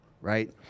Right